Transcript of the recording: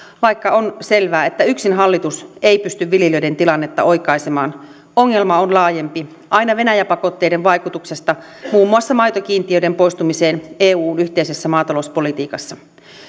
vaikka on selvää että yksin hallitus ei pysty viljelijöiden tilannetta oikaisemaan ongelma on laajempi aina venäjä pakotteiden vaikutuksesta muun muassa maitokiintiöiden poistumiseen eun yhteisessä maatalouspolitiikassa